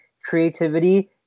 creativity